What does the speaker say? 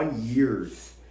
years